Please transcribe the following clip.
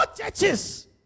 churches